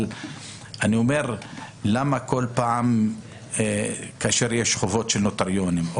אבל למה בכל פעם כאשר יש חובות של נוטריונים,